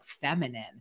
feminine